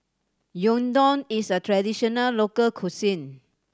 gyudon is a traditional local cuisine